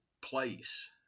place